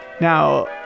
Now